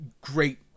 great